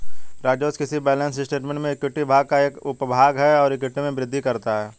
राजस्व किसी balance statement में इक्विटी भाग का एक उपभाग है और इक्विटी में वृद्धि करता है